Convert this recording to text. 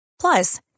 Plus